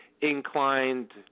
inclined